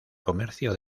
comercio